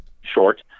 short